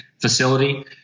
facility